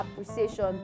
appreciation